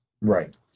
Right